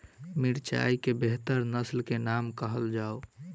मिर्चाई केँ बेहतर नस्ल केँ नाम कहल जाउ?